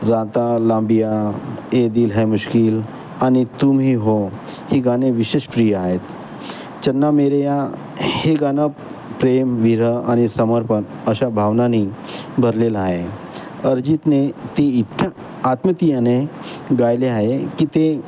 राता लंबिया ए दिल हे मुश्किल आणि तुम ही हो हे गाणे विशेष प्रिय आहेत चन्ना मेरेया हे गाणं प्रेम विर आणि समर्पण अशा भावनानी भरलेलं आहे अरजीतने ती इतकं आत्मीयतेने गायले आहे की ते